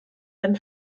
wenn